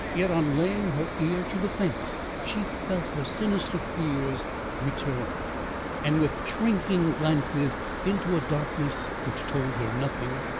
yet on laying her ear to the fence, she felt her sinister fears return and, with shrinking glances into a darkness which told her nothing,